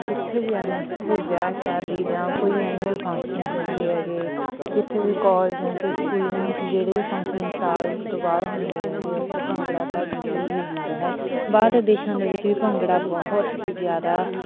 ਜਿੱਥੇ ਵੀ ਜਾਂਦੇ ਜਿੱਥੇ ਵਿਆਹ ਸ਼ਾਦੀ ਜਾਂ ਕੋਈ ਐਨੂਅਲ ਫੰਕਸ਼ਨ ਹੁੰਦੇ ਹੈਗੇ ਕਿਤੇ ਵੀ ਕਾਲਜਾਂ 'ਚ ਸਕੂਲਾਂ 'ਚ ਜਿਹੜੇ ਵੀ ਫੰਕਸ਼ਨ ਸਾਲ ਤੋਂ ਬਾਅਦ ਹੁੰਦੇ ਹੈਗੇ ਉੱਥੇ ਭੰਗੜਾ ਤਾਂ ਜ਼ਰੂਰ ਹੀ ਹੁੰਦਾ ਹੈ ਬਾਹਰਲੇ ਦੇਸ਼ਾਂ ਦੇ ਵਿੱਚ ਵੀ ਭੰਗੜਾ ਬਹੁਤ ਹੀ ਜ਼ਿਆਦਾ